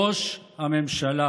ראש הממשלה